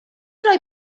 roi